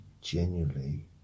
genuinely